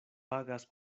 pagas